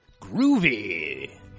Groovy